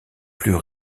plus